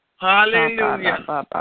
Hallelujah